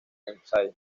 ramsay